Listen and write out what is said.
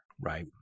right